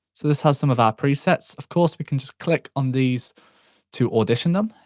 so, this has some of our presets. of course, we can just click on these to audition them.